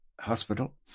hospital